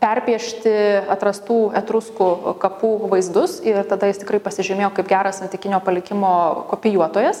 perpiešti atrastų etruskų kapų vaizdus ir tada jis tikrai pasižymėjo kaip geras antikinio palikimo kopijuotojas